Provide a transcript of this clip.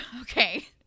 okay